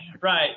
right